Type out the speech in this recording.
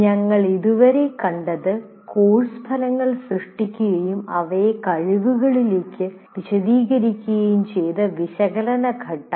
ഞങ്ങൾ ഇതുവരെ കണ്ടത് കോഴ്സ് ഫലങ്ങൾ സൃഷ്ടിക്കുകയും അവയെ കഴിവുകളിലേക്ക് വിശദീകരിക്കുകയും ചെയ്ത വിശകലന ഘട്ടം